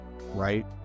right